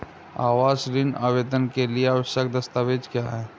आवास ऋण आवेदन के लिए आवश्यक दस्तावेज़ क्या हैं?